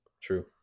true